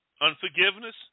unforgiveness